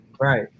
right